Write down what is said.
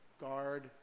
Guard